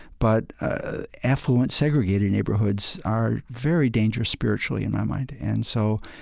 but affluent segregated neighborhoods are very dangerous spiritually, in my mind. and so,